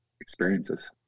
experiences